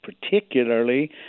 particularly